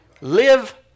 live